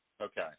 Okay